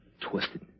twisted